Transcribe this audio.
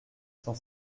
cent